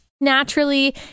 Naturally